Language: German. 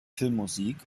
filmmusik